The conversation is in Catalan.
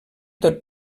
tot